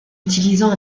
utilisant